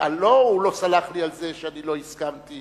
לא שהוא לא סלח לי על זה שאני לא הסכמתי